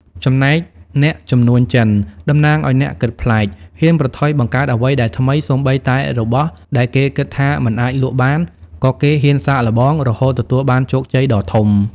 ចំណែកអ្នកជំនួញចិន (តំណាងអ្នកគិតប្លែក) ហ៊ានប្រថុយបង្កើតអ្វីដែលថ្មី សូម្បីតែរបស់ដែលគេគិតថាមិនអាចលក់បាន ក៏គេហ៊ានសាកល្បង រហូតទទួលបានជោគជ័យដ៏ធំ។